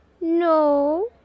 No